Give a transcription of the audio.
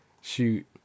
Shoot